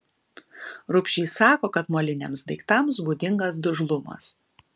rubšys sako kad moliniams daiktams būdingas dužlumas